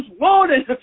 wanted